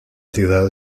ciudad